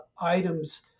items